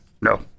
No